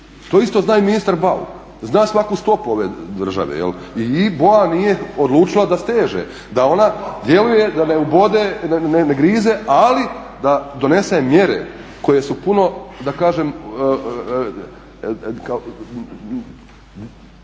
to isto zna i ministar Bauk, zna svaku stopu ove države i boa nije odlučila da steže, da ona djeluje, da ne ubode, ne grize ali da donese mjere koje su puno da kažem